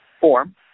form